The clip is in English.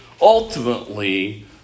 ultimately